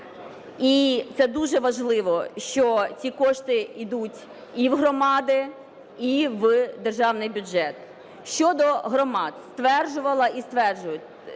і це дуже важливо, що ті кошти йдуть і в громади, і в державний бюджет. Щодо громад. Стверджувала і стверджую,